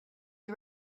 you